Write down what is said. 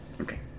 Okay